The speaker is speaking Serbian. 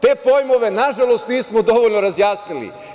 Te pojmove nažalost nismo dovoljno razjasnili.